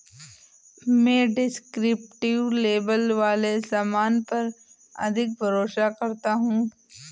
मैं descriptive label वाले सामान पर अधिक भरोसा करता हूं